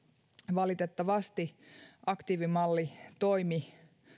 valitettavasti aktiivimalli toimi